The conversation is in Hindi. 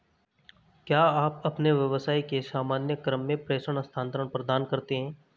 क्या आप अपने व्यवसाय के सामान्य क्रम में प्रेषण स्थानान्तरण प्रदान करते हैं?